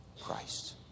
Christ